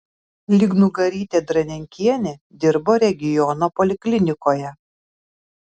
lygnugarytė dranenkienė dirbo regiono poliklinikoje